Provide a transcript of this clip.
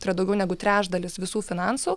tai yra daugiau negu trečdalis visų finansų